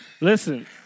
Listen